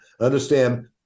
Understand